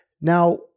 Now